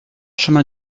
chemin